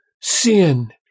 sin